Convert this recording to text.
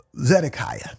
Zedekiah